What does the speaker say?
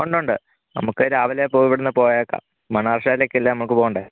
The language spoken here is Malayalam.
ഉണ്ട് ഉണ്ട് നമ്മൾക്ക് രാവിലെ അപ്പം ഇവടെ നിന്ന് പോയേക്കാം മണ്ണാറശാലയ്ക്കല്ലെ നമ്മൾക്ക് പോവേണ്ടത്